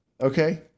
okay